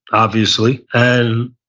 obviously. and